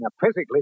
Physically